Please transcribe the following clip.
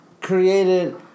created